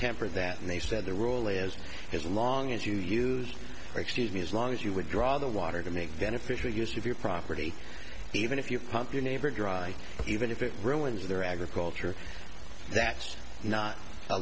temper that and they said the rule is as long as you use or excuse me as long as you would draw the water to make beneficial use of your property even if you pump your neighbor dry even if it ruins their agriculture that's not a